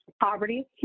poverty